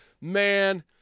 man